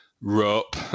rope